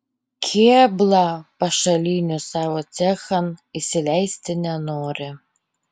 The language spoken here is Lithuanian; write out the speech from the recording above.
kėbla pašalinių savo cechan įsileisti nenori